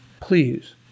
Please